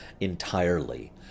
entirely